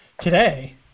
Today